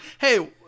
hey